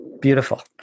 Beautiful